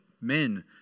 men